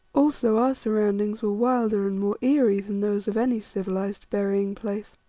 also our surroundings were wilder and more eerie than those of any civilized burying-place.